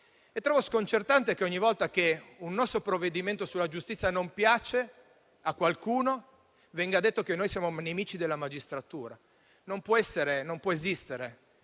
Trovo sconcertante che ogni volta che un nostro provvedimento sulla giustizia non piace a qualcuno, venga detto che noi siamo nemici della magistratura. Non può essere,